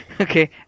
Okay